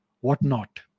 whatnot